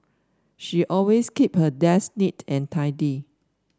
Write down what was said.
she always keep her desk neat and tidy